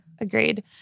Agreed